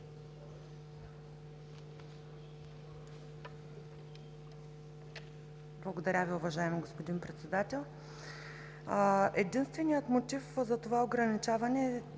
Благодаря Ви, уважаеми господин Председател. Единственият мотив за това ограничаване,